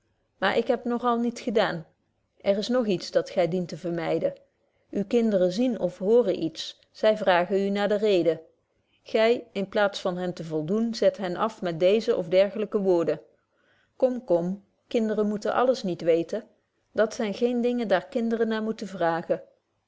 maar ik heb nog al niet gedaan er is nog iets dat gy dient te vermyden uwe kinderen zien of hooren iets zy vragen u naar de reden gy in plaats van hen te voldoen zet hen af met deze of diergelyke woorden kom kom kinderen moeten alles niet weten dat zyn geen dingen daar kinderen naar moeten vragen